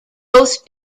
both